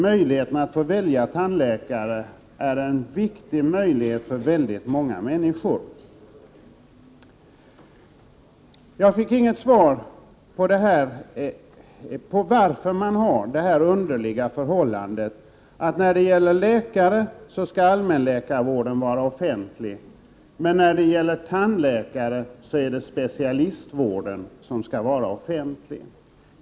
Möjligheten att välja tandläkare är viktig för många människor. Jag fick inget svar i fråga om det underliga förhållandet att beträffande läkare skall allmänläkarvården vara offentlig, men beträffande tandläkare är det specialistvården som skall vara offentlig.